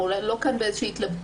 אנחנו לא כאן בהתלבטות,